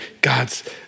God's